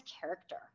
character